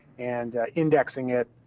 and indexing it,